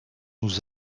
nous